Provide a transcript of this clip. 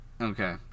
Okay